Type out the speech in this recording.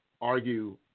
argue